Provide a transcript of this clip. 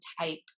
type